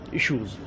issues